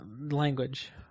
Language